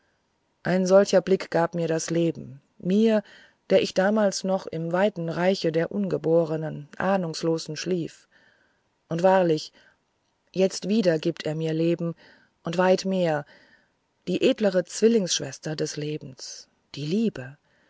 ein solcher blick gab mir das leben mir der ich damals noch im weiten reiche des ungeborenen ahnungslosen schlief und wahrlich jetzt wieder gibt er mir leben und weit mehr die edlere zwillingsschwester des lebens die liebe